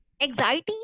Anxiety